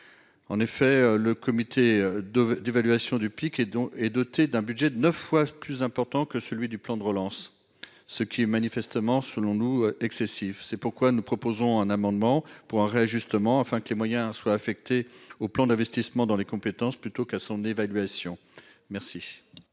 en effet le comité de l'évaluation du pic et dont est doté d'un budget de 9 fois plus important que celui du plan de relance, ce qui est manifestement selon nous excessif, c'est pourquoi nous proposons un amendement pour un réajustement enfin que les moyens soient affectés au plan d'investissement dans les compétences plutôt qu'à son évaluation merci